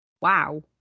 wow